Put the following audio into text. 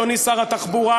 אדוני שר התחבורה,